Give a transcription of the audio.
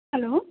hello